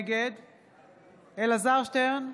נגד אלעזר שטרן,